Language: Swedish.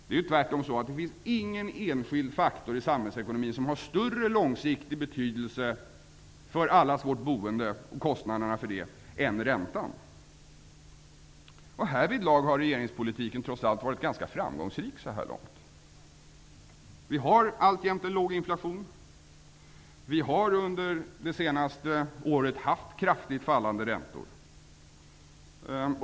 Det är tvärtom så att det inte finns någon enskild faktor i samhällsekonomin som har större långsiktig betydelse för allas vårt boende och kostnaderna för det än räntan. Härvidlag har regeringspolitiken trots allt varit ganska framgångsrik så här långt. Vi har alltjämt en låg inflation. Vi har under det senaste året haft kraftigt fallande räntor.